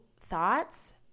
thoughts